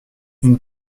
une